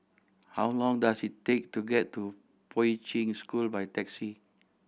how long does it take to get to Poi Ching School by taxi